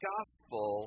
Gospel